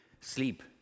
sleep